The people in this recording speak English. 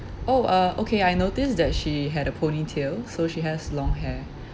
oh uh okay I noticed that she had a ponytail so she has long hair